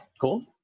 Cool